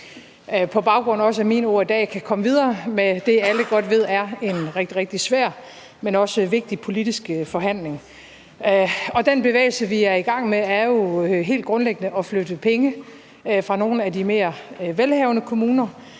på baggrund af også mine ord i dag kan komme videre med det, alle godt ved er en rigtig, rigtig svær, men også en vigtig politisk forhandling. Den bevægelse, vi er i gang med, er jo helt grundlæggende at flytte penge fra nogle af de mere velhavende kommuner